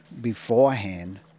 beforehand